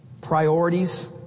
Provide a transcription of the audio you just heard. priorities